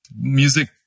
music